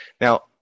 Now